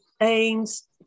aims